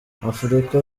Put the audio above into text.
afurika